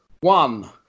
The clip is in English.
one